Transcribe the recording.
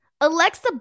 Alexa